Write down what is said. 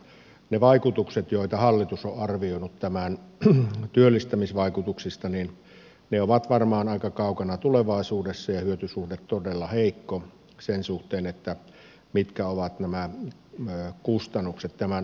eli ne vaikutukset joita hallitus on arvioinut tämän työllistämisvaikutuksista ovat varmaan aika kaukana tulevaisuudessa ja hyötysuhde todella heikko sen suhteen mitkä ovat kustannukset tämän osalta